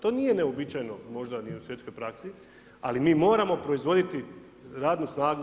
To nije neuobičajeno možda ni u svjetskoj praksi, ali mi moramo proizvoditi radnu snagu.